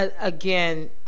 Again